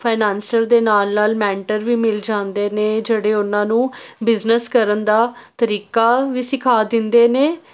financial ਦੇ ਨਾਲ ਨਾਲ ਮੈਂਟਰ ਵੀ ਮਿਲ ਜਾਂਦੇ ਨੇ ਜਿਹੜੇ ਉਹਨਾਂ ਨੂੰ ਬਿਜ਼ਨਸ ਕਰਨ ਦਾ ਤਰੀਕਾ ਵੀ ਸਿਖਾ ਦਿੰਦੇ ਨੇ